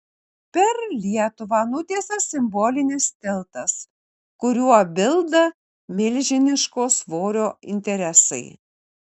per lietuvą nutiestas simbolinis tiltas kuriuo bilda milžiniško svorio interesai